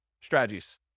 strategies